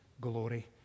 glory